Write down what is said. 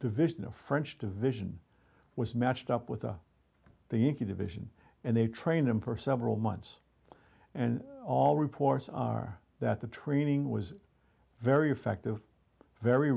division of french division was matched up with the inca division and they trained him for several months and all reports are that the training was very effective very